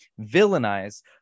villainize